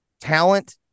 talent